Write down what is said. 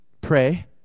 pray